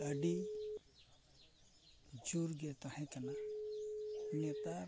ᱟᱹᱰᱤ ᱡᱳᱨ ᱜᱮ ᱛᱟᱦᱮᱸ ᱠᱟᱱᱟ ᱱᱮᱛᱟᱨ